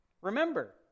Remember